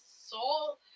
soul